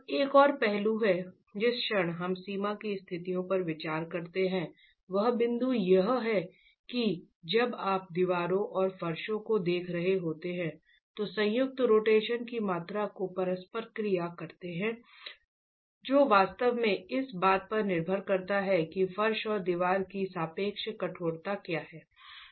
एक और पहलू है जिस क्षण हम सीमा की स्थितियों पर विचार करते हैं वह बिंदु यह है कि जब आप दीवारों और फर्शों को देख रहे होते हैं जो संयुक्त रोटेशन की मात्रा को परस्पर क्रिया करते हैं जो वास्तव में इस बात पर निर्भर करता है कि फर्श और दीवार की सापेक्ष कठोरता क्या है